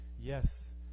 Yes